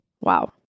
Wow